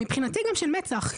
מבחינתי, גם של מצ"ח.